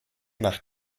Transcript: nach